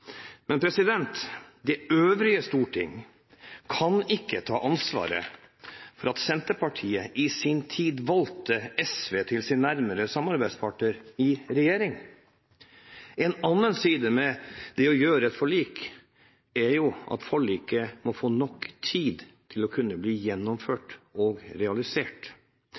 Men det øvrige storting kan ikke ta ansvaret for at Senterpartiet i sin tid valgte SV til sin nærmeste samarbeidspartner i regjering. En annen side ved det å inngå forlik er at forliket må få nok tid til å kunne bli gjennomført og realisert.